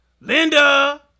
Linda